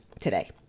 today